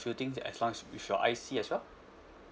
few things that as long with your I_C as well